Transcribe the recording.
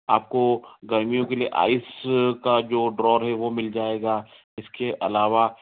आपको गर्मियों के लिए आईस का जो ड्रा है वह मिल जाएगा इसके अलावा